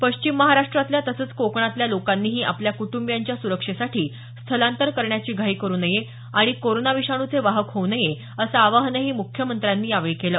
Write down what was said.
पश्चिम महाराष्ट्रातल्या तसंच कोकणातल्या लोकांनीही आपल्या कुटुंबियांच्या सुरक्षेसाठी स्थलांतर करण्याची घाई करू नये आणि कोरोना विषाणूचे वाहक होऊ नये असं आवाहनही मुख्यमंत्र्यांनी केलं